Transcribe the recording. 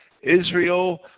Israel